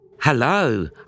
Hello